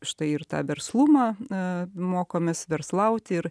štai ir tą verslumą mokomės verslauti ir